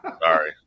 Sorry